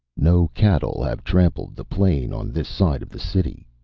no cattle have trampled the plain on this side of the city,